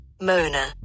Mona